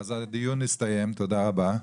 אז הדיון הסתיים, תודה רבה.